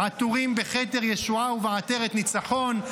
עטורים בכתר ישועה ובעטרת ניצחון,